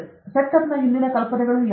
ಸೆಟಪ್ನ ಹಿಂದಿನ ಕಲ್ಪನೆಗಳು ಯಾವುವು